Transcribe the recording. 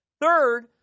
Third